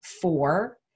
four